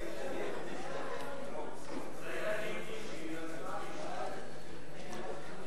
הכנסת יוחנן פלסנר לא נתקבלה.